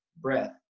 breath